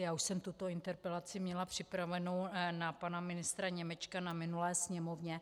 Já už jsem tuto interpelaci měla připravenu na pana ministra Němečka na minulé sněmovně.